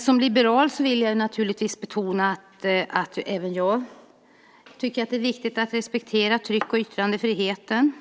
Som liberal vill jag naturligtvis betona att även jag tycker att det är viktigt att respektera tryck och yttrandefriheten,